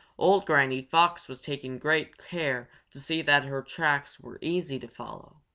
old granny fox was taking great care to see that her tracks were easy to follow.